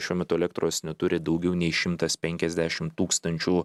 šiuo metu elektros neturi daugiau nei šimtas penkiasdešim tūkstančių